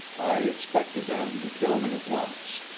i expected them to kill me at once,